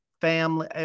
family